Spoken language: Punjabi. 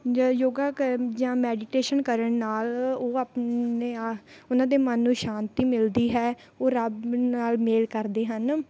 ਯ ਯੋਗਾ ਕਰਨ ਜਾਂ ਮੈਡੀਟੇਸ਼ਨ ਕਰਨ ਨਾਲ ਉਹ ਆਪਣੇ ਆਹ ਉਹਨਾਂ ਦੇ ਮਨ ਨੂੰ ਸ਼ਾਂਤੀ ਮਿਲਦੀ ਹੈ ਉਹ ਰੱਬ ਨਾਲ ਮੇਲ ਕਰਦੇ ਹਨ